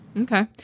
Okay